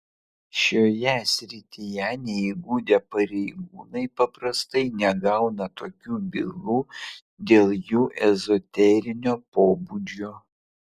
šioje srityje neįgudę pareigūnai paprastai negauna tokių bylų dėl jų ezoterinio pobūdžio